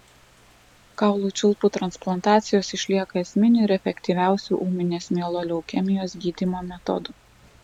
kaulų čiulpų transplantacijos išlieka esminiu ir efektyviausiu ūminės mieloleukemijos gydymo metodu